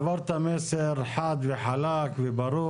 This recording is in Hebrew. העבר מסר חד וחלק וברור.